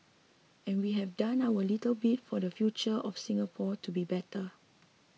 and we have done our little bit for the future of Singapore to be better